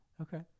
Okay